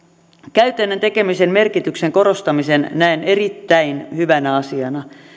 käytännön tekemisen merkityksen korostamisen näen erittäin hyvänä asiana